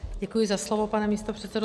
Děkuji za slovo, pane místopředsedo.